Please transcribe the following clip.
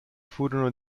furono